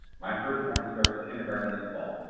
my firstborn starts kindergarten this fall.